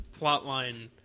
plotline